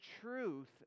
truth